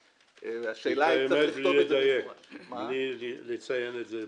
היא קיימת בלי לציין את זה במדויק.